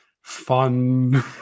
fun